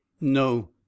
No